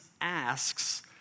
asks